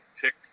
pick